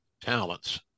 talents